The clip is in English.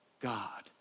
God